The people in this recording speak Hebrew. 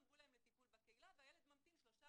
אמרו להם טיפול בקהילה והילד ממתין שלושה,